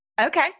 Okay